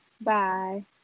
Bye